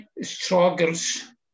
struggles